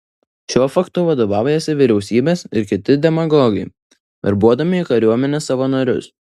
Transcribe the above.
šiuo faktu vadovaujasi vyriausybės ir kiti demagogai verbuodami į kariuomenę savanorius